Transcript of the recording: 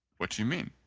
what do you mean?